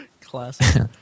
Classic